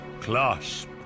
Clasp